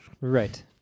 Right